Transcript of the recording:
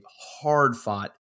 hard-fought